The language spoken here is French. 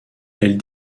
elle